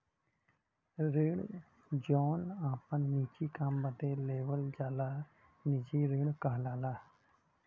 ऋण जौन आपन निजी काम बदे लेवल जाला निजी ऋण कहलाला